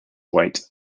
weight